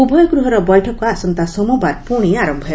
ଉଭୟ ଗୃହର ବୈଠକ ଆସନ୍ତା ସୋମବାର ପୁଣି ଆରମ୍ଭ ହେବ